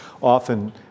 often